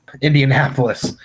Indianapolis